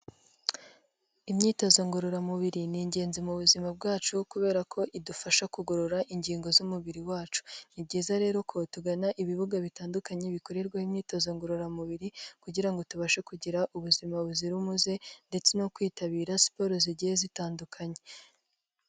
Imyitozo ngororamubiri ni ingenzi mu buzima bwacu kubera ko idufasha kugorora ingingo z'umubiri wacu, ni byiza rero ko tugana ibibuga bitandukanye bikorerwaho imyitozo ngororamubiri, kugira ngo tubashe kugira ubuzima buzira umuze, ndetse no kwitabira siporo zigiye zitandukanye.